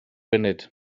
funud